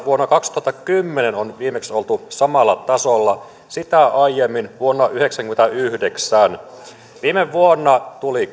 vuonna kaksituhattakymmenen on oltu samalla tasolla sitä aiemmin vuonna yhdeksänkymmentäyhdeksän viime vuonna tuli